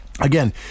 Again